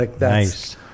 Nice